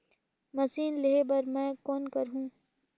Machine लेहे बर मै कौन करहूं?